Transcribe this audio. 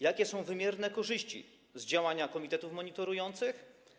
Jakie są wymierne korzyści z działania komitetów monitorujących?